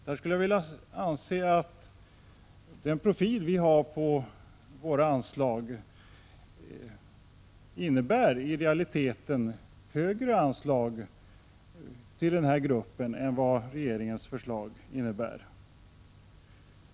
Jag skulle vilja ta upp en annan sak, nämligen de medel till de fattiga länderna som just gäller insatser för att förebygga svält och hjälpa människor i verklig nöd.